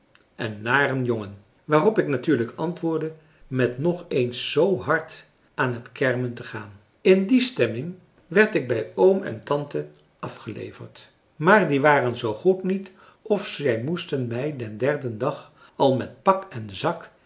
en naren jongen waarop ik natuurlijk antwoordde met nog ééns zoo hard aan het kermen te gaan in die stemming werd ik bij oom en tante afgeleverd maar die waren zoo goed niet of zij moesten mij den derden dag al met pak en zak